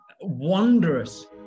wondrous